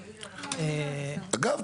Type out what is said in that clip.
אגב,